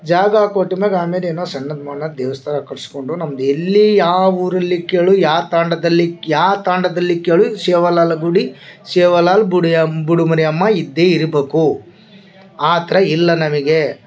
ಜಾಗ ಕೊಟ್ಟ ಮ್ಯಾಗ ಆಮೇಲೆ ಏನೋ ಸಣ್ಣದ ಮಣ್ಣದು ದೇವ್ಸ್ಥಾನ ಕಟ್ಸ್ಕೊಂಡು ನಮ್ದು ಎಲ್ಲಿ ಯಾವ ಊರಲ್ಲಿ ಕೇಳು ಯಾವ ತಾಂಡದಲ್ಲಿ ಯಾವ ತಾಂಡದಲ್ಲಿ ಕೇಳು ಶಿವಲಾಲ್ ಗುಡಿ ಶಿವಲಾಲ್ ಬುಡಿಯ ಬುಡುಮುರಿ ಅಮ್ಮ ಇದ್ದೆ ಇರ್ಬೇಕು ಆ ಥರ ಇಲ್ಲ ನಮಗೆ